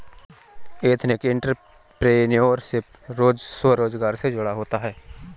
ethnic entrepreneurship स्वरोजगार से जुड़ा होता है